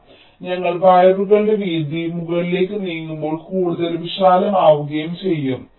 അതിനാൽ ഞങ്ങൾ വയറുകളുടെ വീതി മുകളിലേക്ക് നീങ്ങുമ്പോൾ കൂടുതൽ വിശാലമാവുകയും ചെയ്യും